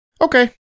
Okay